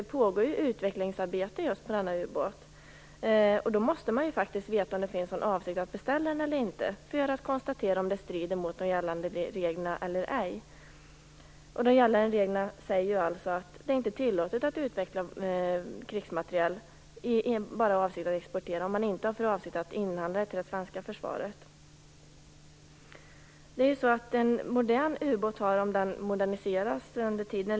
Det pågår utvecklingsarbete på just denna ubåt, och för att kunna konstatera om detta strider mot gällande regler eller inte måste man faktiskt veta om det finns någon avsikt att beställa den eller inte. Gällande regler säger nämligen att det inte är tillåtet att utveckla krigsmateriel bara i avsikt att exportera, dvs. om man inte har för avsikt att inhandla materielen till det svenska försvaret. En modern ubåt har en livstid på ca 40 år, om den moderniseras under tiden.